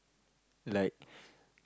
like